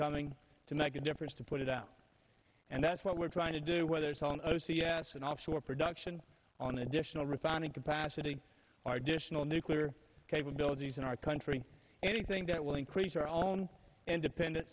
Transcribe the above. coming to make a difference to put it out and that's what we're trying to do whether it's on o c s and offshore production on additional refining capacity or additional nuclear capabilities in our country anything that will increase our own independen